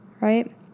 right